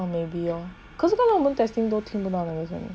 oh maybe lor 可是刚才我们 testing 都听不到那个声音